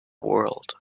world